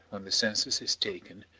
when the census is taken,